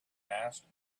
asked